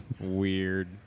Weird